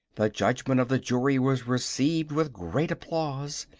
the judgment of the jury was received with great applause,